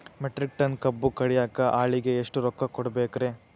Metric tonne ಕಬ್ಬು ಕಡಿಯಾಕ ಆಳಿಗೆ ಎಷ್ಟ ರೊಕ್ಕ ಕೊಡಬೇಕ್ರೇ?